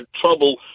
trouble